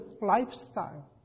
lifestyle